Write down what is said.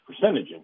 percentage